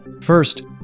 First